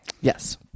Yes